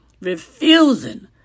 refusing